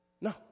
No